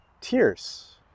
tears